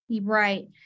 Right